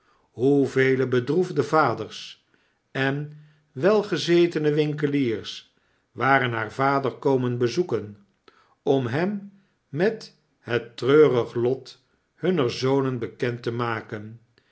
hoevele bedroefde vaders en welgezetene winkeliers waren haar vader komen bezoeken om hem met het treurig lot hunner zonen bekend te maken